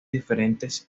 diferentes